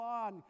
on